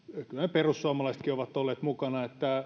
perussuomalaisetkin ovat olleet mukana